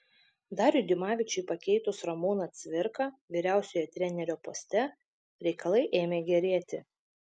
dariui dimavičiui pakeitus ramūną cvirką vyriausiojo trenerio poste reikalai ėmė gerėti